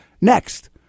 Next